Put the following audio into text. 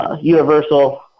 Universal